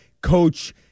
coach